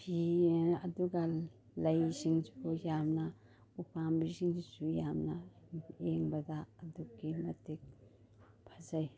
ꯑꯗꯨꯒ ꯂꯩꯁꯤꯡꯁꯤꯕꯨ ꯌꯥꯝꯅ ꯎꯄꯥꯝꯕꯤꯁꯤꯡꯁꯤꯁꯨ ꯌꯥꯝꯅ ꯌꯦꯡꯕꯗ ꯑꯗꯨꯛꯀꯤ ꯃꯇꯤꯛ ꯐꯖꯩ